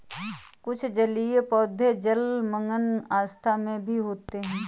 कुछ जलीय पौधे जलमग्न अवस्था में भी होते हैं